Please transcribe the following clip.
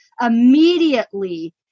immediately